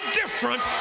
different